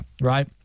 Right